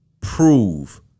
prove